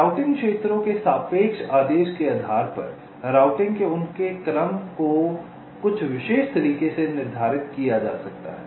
routing क्षेत्रों के सापेक्ष आदेश के आधार पर राउटिंग के उनके क्रम को कुछ विशेष तरीके से निर्धारित किया जा सकता है